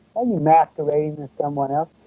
are you masquerading as someone else?